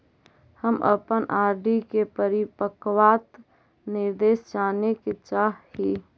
हम अपन R D परिपक्वता निर्देश जाने के चाह ही